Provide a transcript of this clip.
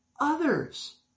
others